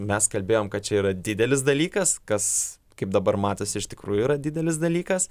mes kalbėjom kad čia yra didelis dalykas kas kaip dabar matosi iš tikrųjų yra didelis dalykas